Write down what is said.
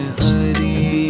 Hari